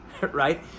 right